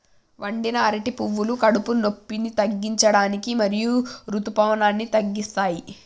వండిన అరటి పువ్వులు కడుపు నొప్పిని తగ్గించడానికి మరియు ఋతుసావాన్ని తగ్గిస్తాయి